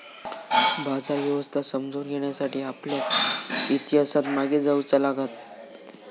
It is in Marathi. बाजार व्यवस्था समजावून घेण्यासाठी आपल्याक इतिहासात मागे जाऊचा लागात